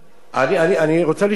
אני רוצה לשמוע את זה.